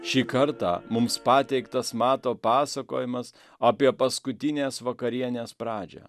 šį kartą mums pateiktas mato pasakojimas apie paskutinės vakarienės pradžią